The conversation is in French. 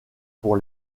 pour